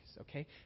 okay